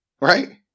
Right